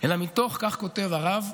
אלא מתוך, כותב הרב,